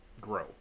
grow